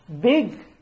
big